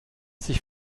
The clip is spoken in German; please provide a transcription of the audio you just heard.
sich